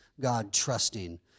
God-trusting